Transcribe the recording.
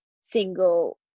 single